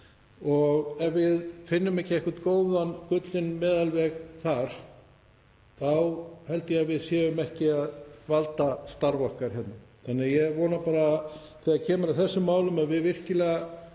og ef við finnum ekki einhvern góðan gullinn meðalveg þar þá held ég að við séum ekki að valda starfi okkar hérna. Ég vona bara að þegar kemur að þessum málum þá tökum við virkilega